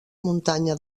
muntanya